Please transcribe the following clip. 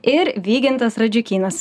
ir vygintas radžiukynas